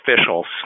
officials